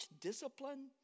discipline